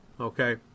Okay